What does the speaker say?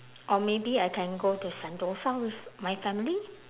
or maybe I can go to sentosa with my family